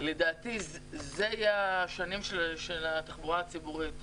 לדעתי אלה יהיו השנים של התחבורה הציבורית.